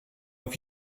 have